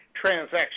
transaction